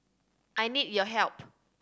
I need your help